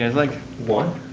like one?